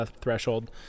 threshold